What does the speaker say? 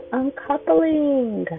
uncoupling